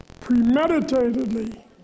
premeditatedly